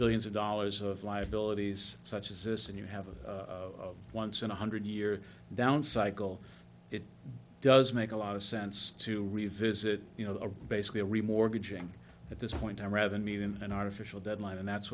billions of dollars of liabilities such as this and you have a once in a hundred year down cycle does make a lot of sense to revisit you know basically a re mortgaging at this point i rather mean in an artificial deadline and that's